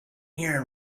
here